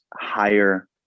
higher